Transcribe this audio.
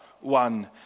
one